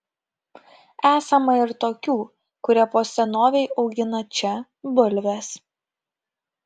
esama ir tokių kurie po senovei augina čia bulves